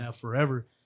forever